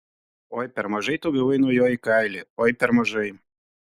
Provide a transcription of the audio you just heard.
oi per mažai tu gavai nuo jo į kailį oi per mažai